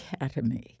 Academy